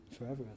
forever